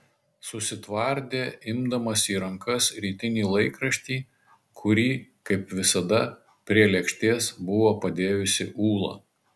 susitvardė imdamas į rankas rytinį laikraštį kurį kaip visada prie lėkštės buvo padėjusi ūla